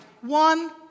one